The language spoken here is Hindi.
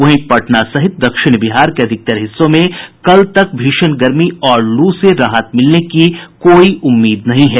वहीं पटना सहित दक्षिण बिहार के अधिकतर हिस्सों में कल तक भीषण गर्मी और लू से राहत मिलने की कोई उम्मीद नहीं है